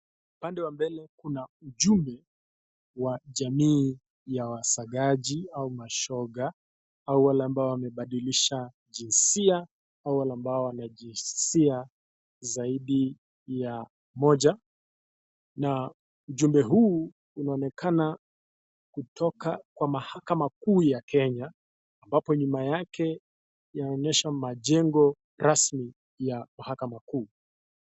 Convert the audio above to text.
Upande wa mbele kuna ujumbe wa jamii ya wasakaji au mashoga au wale ambao wamebadilisha jinsia au wale ambao wana jinsia zaidi ya moja na ujumbe huu unaonekana kutoka kwa mahakama kuu ya Kenya ambapo nyuma yake yaonyesha majengo rasmi ya mahakama kuu.